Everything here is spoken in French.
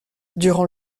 durant